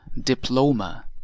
diploma